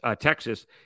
Texas